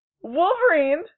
Wolverine